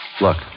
Look